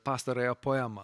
pastarąją poemą